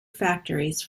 factories